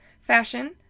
fashion